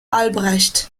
albrecht